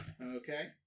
Okay